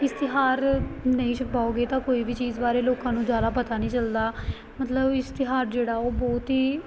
ਇਸ਼ਤਿਹਾਰ ਨਹੀਂ ਛਪਵਾਓਗੇ ਤਾਂ ਕੋਈ ਵੀ ਚੀਜ਼ ਬਾਰੇ ਲੋਕਾਂ ਨੂੰ ਜ਼ਿਆਦਾ ਪਤਾ ਨਹੀਂ ਚੱਲਦਾ ਮਤਲਬ ਇਸ਼ਤਿਹਾਰ ਜਿਹੜਾ ਉਹ ਬਹੁਤ ਹੀ